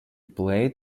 played